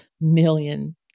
million